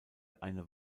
eine